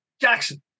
jackson